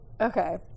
okay